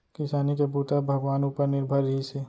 किसानी के बूता ह भगवान उपर निरभर रिहिस हे